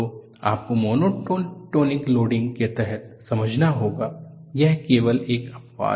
तो आपको monotonic loading के तहत समझना होगा यह केवल एक अपवाद है